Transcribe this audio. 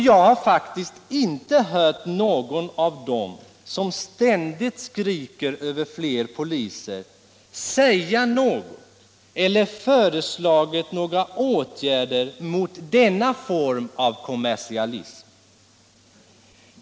Jag har faktiskt inte hört någon av dem som ständigt skriker efter poliser säga något eller föreslå några åtgärder mot denna form av kommersialism.